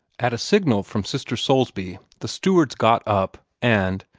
at a signal from sister soulsby the steward got up, and,